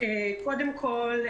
קודם כול,